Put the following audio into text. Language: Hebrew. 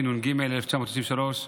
התשנ"ג 1993,